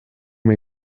mir